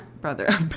brother